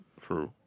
True